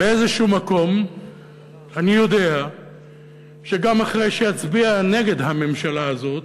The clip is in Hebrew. באיזה מקום אני יודע שגם אחרי שאצביע נגד הממשלה הזאת,